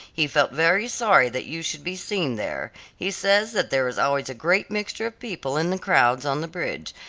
he felt very sorry that you should be seen there he says that there is always a great mixture of people in the crowds on the bridge,